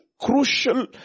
crucial